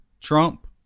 Trump